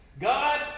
God